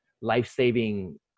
life-saving